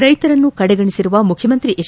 ರೈತರನ್ನು ಕಡೆಗಣಿಸಿರುವ ಮುಖ್ಯಮಂತ್ರಿ ಎಚ್